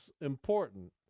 important